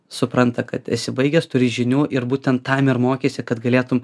supranta kad esi baigęs turi žinių ir būtent tam ir mokeisi kad galėtum